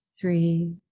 three